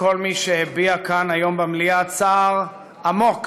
לכל מי שהביע כאן היום במליאה צער עמוק